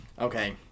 Okay